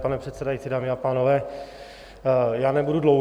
Pane předsedající, dámy a pánové, nebudu dlouhý.